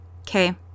okay